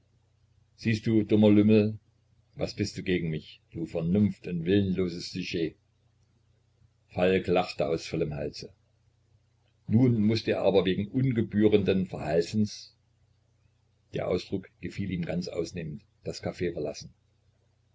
siehst du dummer lümmel was bist du gegen mich du vernunft und willenloses sujet falk lachte aus vollem halse nun mußte er aber wegen ungebührenden verhaltens der ausdruck gefiel ihm ganz ausnehmend das caf verlassen